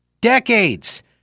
Decades